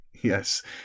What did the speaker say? Yes